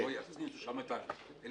שלא יכניסו שם את האלמנט.